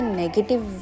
negative